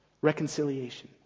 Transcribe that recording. reconciliation